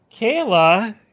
Kayla